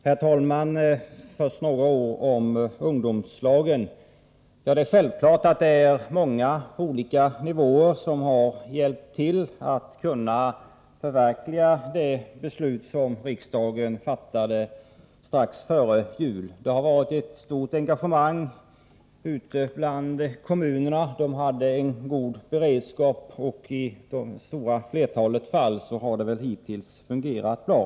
Herr talman! Först några ord om ungdomslagen. Det är självklart att det är insatser på många olika nivåer som möjliggjort det beslut riksdagen fattade strax före jul. Det har varit ett stort engagemang ute bland kommunerna. De hade en god beredskap, och i det stora flertalet fall har det hittills fungerat bra.